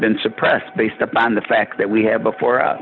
been suppressed based upon the fact that we had before u